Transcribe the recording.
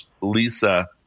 Lisa